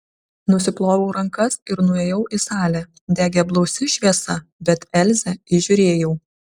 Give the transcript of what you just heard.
nusiploviau rankas ir nuėjau į salę degė blausi šviesa bet elzę įžiūrėjau